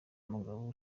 umugabo